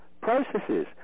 processes